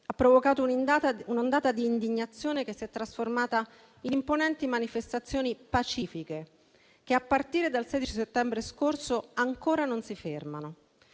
provocato un'ondata d'indignazione che si è trasformata in imponenti manifestazioni pacifiche che, a partire dal 16 settembre scorso, ancora non si fermano.